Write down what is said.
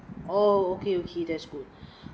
oh okay okay that's good